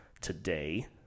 today